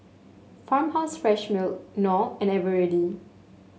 Farmhouse Fresh Milk Knorr and Eveready